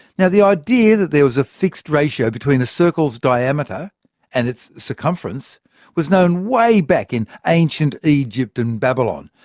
yeah the idea that there was a fixed ratio between a circle's diameter and its circumference was known way back in ancient egypt and babylon.